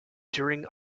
during